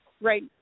right